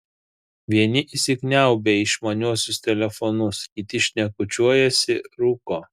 vieni įsikniaubę į išmaniuosius telefonus kiti šnekučiuojasi rūko